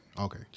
Okay